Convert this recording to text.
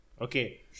Okay